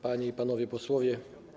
Panie i Panowie Posłowie!